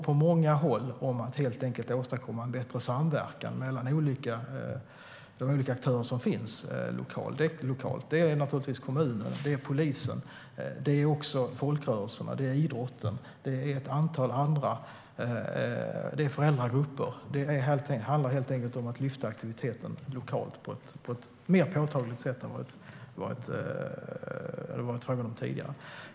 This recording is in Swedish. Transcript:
På många håll handlar det om att åstadkomma en bättre samverkan mellan de olika aktörer som finns lokalt, såsom kommun, polis, folkrörelser, idrottsrörelse och föräldragrupper. Det handlar om att öka aktiviteten lokalt på ett mer påtagligt sätt än tidigare.